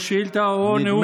או שאילתה או נאום בן דקה.